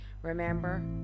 Remember